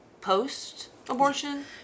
post-abortion